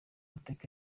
mateka